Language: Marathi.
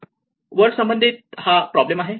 वर्ड संबंधित हा प्रॉब्लेम आहे